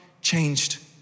changed